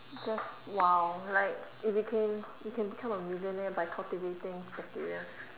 just !wow! like if you can you can become a millionaire by cultivating bacteria